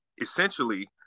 essentially